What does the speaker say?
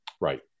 Right